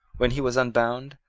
when he was unbound,